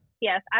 yes